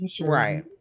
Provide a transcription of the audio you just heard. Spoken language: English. Right